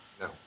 No